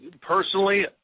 personally